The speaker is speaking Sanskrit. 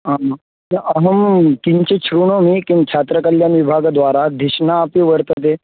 आम् अहं किञ्चित् शृणोमि किं छात्रकल्याणं विभागद्वारा धिषणपि वर्तते